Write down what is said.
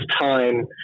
time